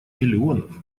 миллионов